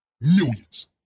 Millions